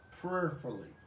prayerfully